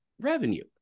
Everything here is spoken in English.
revenue